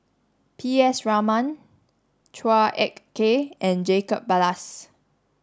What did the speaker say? P S Raman Chua Ek Kay and Jacob Ballas